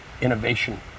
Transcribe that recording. innovation